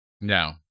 No